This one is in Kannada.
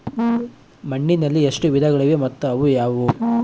ಮಣ್ಣಿನಲ್ಲಿ ಎಷ್ಟು ವಿಧಗಳಿವೆ ಮತ್ತು ಅವು ಯಾವುವು?